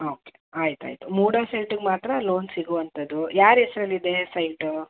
okay ಆಯ್ತು ಆಯಿತು ಮೂಡಾ ಸೈಟ್ಗೆ ಮಾತ್ರ ಲೋನ್ ಸಿಗುವಂಥದ್ದು ಯಾರ ಹೆಸರಲ್ಲಿದೆ ಸೈಟು